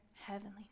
heavenly